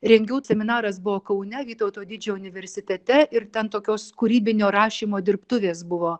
rengiau seminaras buvo kaune vytauto didžiojo universitete ir ten tokios kūrybinio rašymo dirbtuvės buvo